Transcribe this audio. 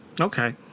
Okay